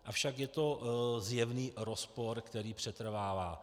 Avšak je to zjevný rozpor, který přetrvává.